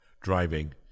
driving